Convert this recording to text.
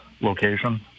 location